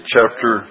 Chapter